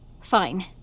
fine